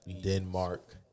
Denmark